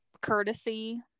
courtesy